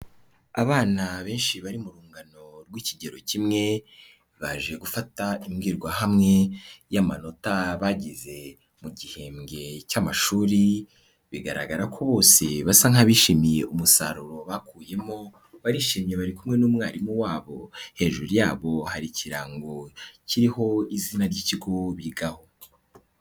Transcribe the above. Abana benshi bari mu rungano rw'ikigero kimwe, baje gufata imbwirwahamwe y'amanota bagize mu gihembwe cy'amashuri, bigaragara ko bose basa nk'abishimiye umusaruro bakuyemo, barishimye bari kumwe n'umwarimu wabo. Hejuru yabo hari ikirango kiriho izina ry'Ikigo bigaho.